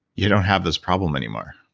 you don't have this problem anymore.